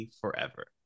forever